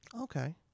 Okay